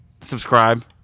subscribe